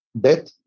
death